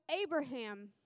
Abraham